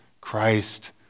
Christ